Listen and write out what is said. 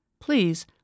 please